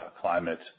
climate